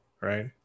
right